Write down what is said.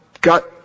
got